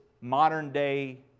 modern-day